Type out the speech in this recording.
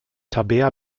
tabea